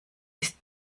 ist